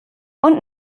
und